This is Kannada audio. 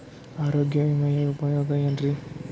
ಆರೋಗ್ಯ ವಿಮೆಯ ಉಪಯೋಗ ಏನ್ರೀ?